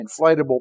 inflatable